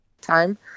time